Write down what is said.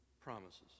promises